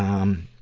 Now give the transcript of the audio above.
um,